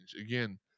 Again